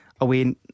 away